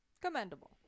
commendable